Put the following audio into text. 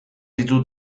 ditu